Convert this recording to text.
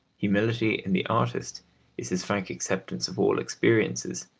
humility in the artist is his frank acceptance of all experiences,